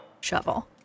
shovel